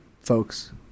folks